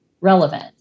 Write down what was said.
relevant